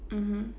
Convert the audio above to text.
mmhmm